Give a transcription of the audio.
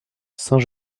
saint